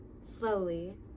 slowly